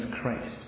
Christ